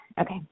Okay